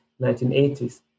1980s